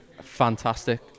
fantastic